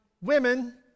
women